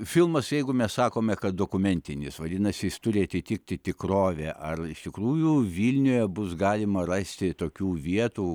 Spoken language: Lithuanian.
filmas jeigu mes sakome kad dokumentinis vadinasi jis turi atitikti tikrovę ar iš tikrųjų vilniuje bus galima rasti tokių vietų